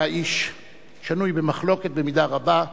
הוא היה איש שנוי במחלוקת במידה רבה,